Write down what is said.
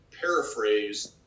paraphrase